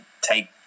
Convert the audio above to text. take